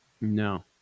No